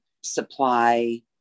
supply